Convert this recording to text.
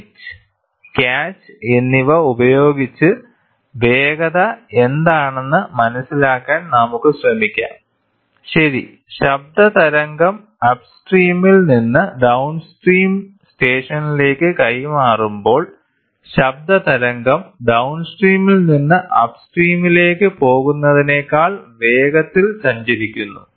അതിനാൽ pitch catch എന്നിവ ഉപയോഗിച്ച് വേഗത എന്താണെന്ന് മനസിലാക്കാൻ നമുക്ക് ശ്രമിക്കാം ശരി ശബ്ദതരംഗം അപ്സ്ട്രീമിൽ നിന്ന് ഡൌൺസ്ട്രീം സ്റ്റേഷനിലേക്ക് കൈമാറുമ്പോൾ ശബ്ദതരംഗം ഡൌൺസ്ട്രീമിൽ നിന്ന് അപ്സ്ട്രീമിലേക്ക് പോകുന്നതിനേക്കാൾ വേഗത്തിൽ സഞ്ചരിക്കുന്നു